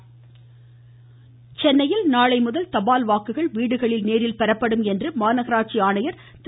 சென்னை மாநகராட்சி சென்னையில் நாளை முதல் தபால் வாக்குகள் வீடுகளில் நேரில் பெறப்படும் என மாநகராட்சி ஆணையர் திரு